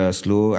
slow